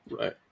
Right